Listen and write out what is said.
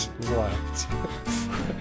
left